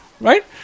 Right